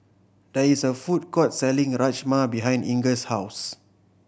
there is a food court selling Rajma behind Inger's house